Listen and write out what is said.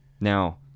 Now